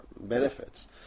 benefits